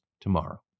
tomorrow